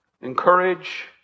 encourage